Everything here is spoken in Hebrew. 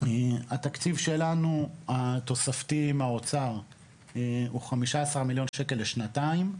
התקציב שלנו התוספתי עם האוצר הוא חמישה עשר מיליון שקל לשנתיים,